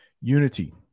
unity